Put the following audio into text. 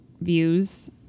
views